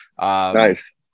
Nice